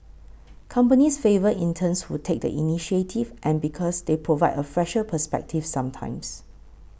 companies favour interns who take the initiative and because they provide a fresher perspective sometimes